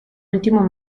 ultimo